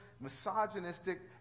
misogynistic